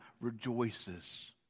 rejoices